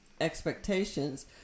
expectations